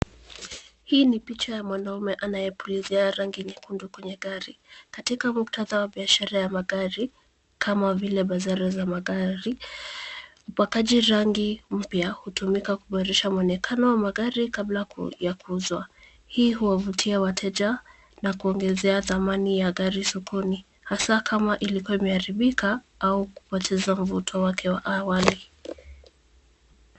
Hii ni picha ya mwanaume anayepulizia rangi ya nyekundu kwenye gari katika muktata ya biashara ya magari kama vile biashara za magari. Mpakaji rangi mpya hutumika kuaimarisha muonekano wa magari kabla ya kuuzwa, hii uwafutia wateja na kuongezea tamani ya gari sokoni, hasa kama ilikuwa imeharibika au kupoteza mfuto wake wa awali.